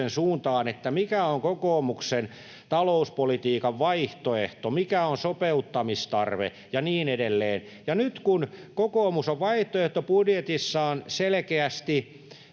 suuntaan, mikä on kokoomuksen talouspolitiikan vaihtoehto, mikä on sopeuttamistarve ja niin edelleen, ja nyt kun kokoomus on vaihtoehtobudjetissaan selkeästi